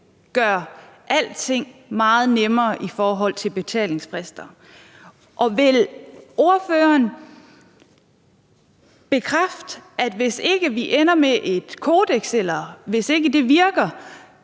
gøre alting meget nemmere i forhold til betalingsfrister? Og hvis ikke vi ender med et kodeks, eller hvis ikke det virker,